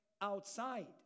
outside